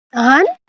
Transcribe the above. on